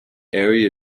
area